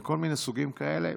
וכל מיני סוגים כאלה.